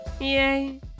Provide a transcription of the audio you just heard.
Yay